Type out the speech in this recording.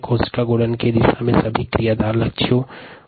कोशिका गुणन की दिशा में क्रियाधार महत्वपूर्ण है